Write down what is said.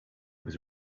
was